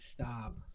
stop